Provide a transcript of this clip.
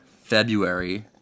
February